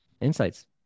insights